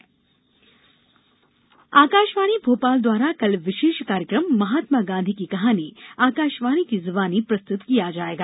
Gandhi programme Akashvani Bhopal द्वारा कल विशेष कार्यक्रम महात्मा गांधी की कहानी आकाशवाणी की जुबानी प्रस्तुत किया जाएगा